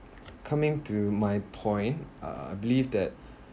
coming to my point uh believe that